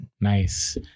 Nice